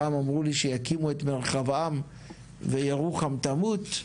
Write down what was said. פעם אמרו לי שיקימו את מרחב-עם וירוחם תמות,